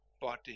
body